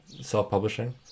self-publishing